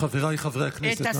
חבריי חברי הכנסת,